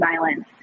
violence